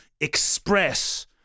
express